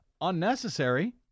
unnecessary